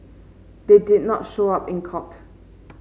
they did not show up in court